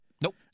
Nope